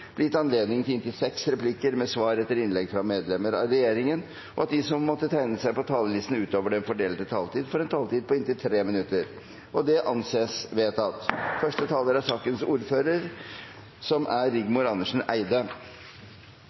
blir gitt anledning til inntil seks replikker med svar etter innlegg fra medlemmer av regjeringen, og at de som måtte tegne seg på talerlisten utover den fordelte taletid, får en taletid på inntil 3 minutter. – Det anses vedtatt. Endringene i klimaet som følge av utslipp av CO 2 , er